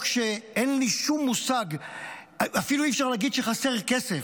אפילו אי-אפשר להגיד שחסר כסף.